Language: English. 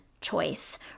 choice